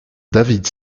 david